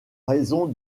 raison